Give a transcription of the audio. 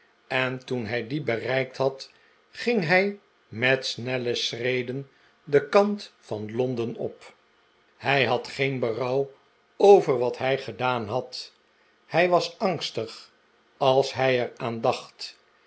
en toen hij dien bereikt had ging hij met snelle schreden den kant van londen op hij had geen berouw over wat hij gedaan had hij was angstig als hij er aan